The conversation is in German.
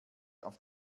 auf